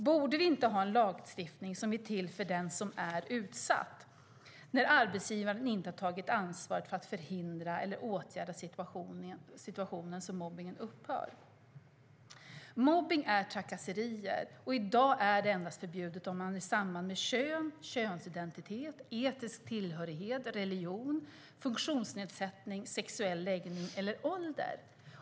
Borde vi inte ha en lagstiftning som är till för den som är utsatt när arbetsgivaren inte har tagit ansvar för att förhindra eller åtgärda situationen så att mobbningen upphör? Mobbning är trakasserier, och i dag är sådan förbjuden bara i samband med kön, könsidentitet, etnisk tillhörighet, religion, funktionsnedsättning, sexuell läggning eller ålder.